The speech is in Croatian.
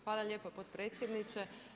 Hvala lijepo potpredsjedniče.